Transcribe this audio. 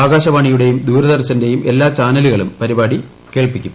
ആകാശവാണിയുടെയും ദൂരദർശന്റെയും എല്ലാ ചാനലുകളിലും പരിപാടി കേൾക്കാം